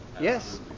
Yes